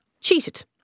Cheated